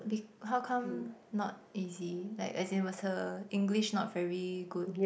b~ how come not easy like as in was her English not very good